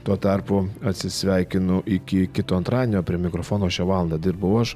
tuo tarpu atsisveikinu iki kito antradienio prie mikrofono šią valandą dirbau aš